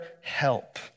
help